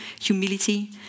humility